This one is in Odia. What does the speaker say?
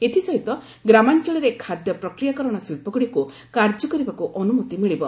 ଏଥିସହିତ ଗ୍ରାମାଞ୍ଚଳରେ ଖାଦ୍ୟ ପ୍ରକ୍ରିୟାକରଣ ଶିଚ୍ଚଗୁଡ଼ିକୁ କାର୍ଯ୍ୟ କରିବାକୁ ଅନୁମତି ମିଳିବ